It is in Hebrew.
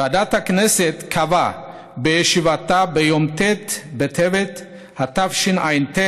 ועדת הכנסת קבעה בישיבתה ביום ט' בטבת התשע"ט,